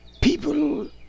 people